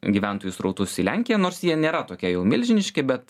gyventojų srautus į lenkiją nors jie nėra tokie jau milžiniški bet